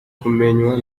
kumenywa